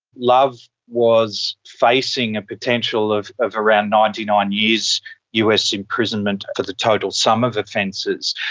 love was facing a potential of of around ninety nine years us imprisonment for the total sum of offences.